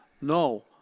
no